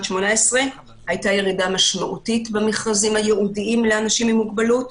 2018 במכרזים הייעודיים לאנשים עם מוגבלות.